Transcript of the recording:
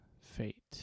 Fate